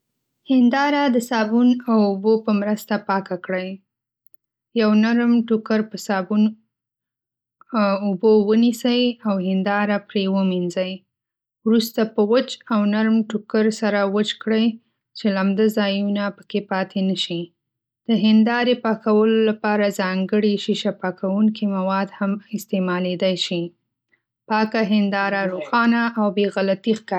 هېنداره د صابون او اوبو په مرسته پاکه کړئ. یو نرم ټوکر په صابون اوبو ونیسئ او هېنداره پرې ومينځئ. وروسته په وچ او نرم ټوکر سره وچ کړئ چې لمده ځایونه پاتې نشي. د هېندارې پاکولو لپاره ځانګړي شیشه پاکوونکي مواد هم استعمالېدای شي. پاکه هېنداره روښانه او بې غلطي ښکاري.